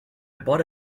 bought